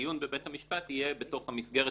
הדיון בבית המשפט יהיה בתוך המסגרת